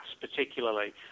particularly